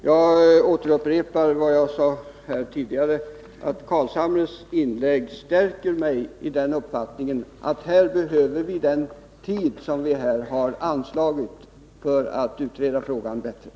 Jag upprepar vad jag sade tidigare: Nils Carlshamres inlägg stärker mig i den uppfattningen att vi behöver den tid som vi här har föreslagit för att utreda frågan bättre.